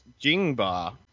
Jingba